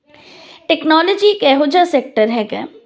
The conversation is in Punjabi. ਟੈਕਨੋਲੋਜੀ ਇੱਕ ਇਹੋ ਜਿਹਾ ਸੈਕਟਰ ਹੈਗਾ